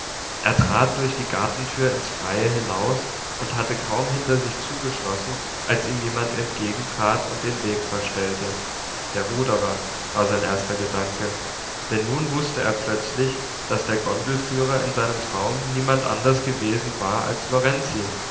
er trat durch die gartentür ins freie hinaus und hatte kaum hinter sich zugeschlossen als ihm jemand entgegentrat und den weg verstellte der ruderer war sein erster gedanke denn nun wußte er plötzlich daß der gondelführer in seinem traum niemand andres gewesen war als lorenzi